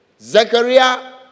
Zechariah